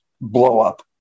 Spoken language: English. blow-up